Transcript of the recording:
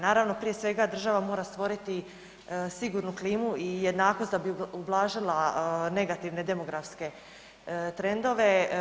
Naravno prije svega država mora stvoriti sigurnu klimu i jednakost da bi ublažila negativne demografske trendove.